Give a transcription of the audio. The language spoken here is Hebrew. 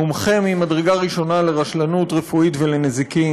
מומחה ממדרגה ראשונה לרשלנות רפואית ולנזיקין.